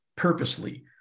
purposely